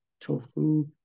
tofu